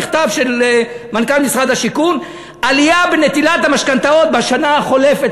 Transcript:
מכתב של מנכ"ל משרד השיכון: עלייה בנטילת המשכנתאות בשנה החולפת,